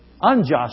unjust